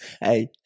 Hey